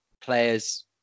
players